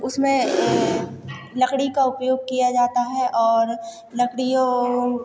उसमें लकड़ी का उपयोग किया जाता है और लकड़ियों